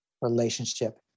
relationship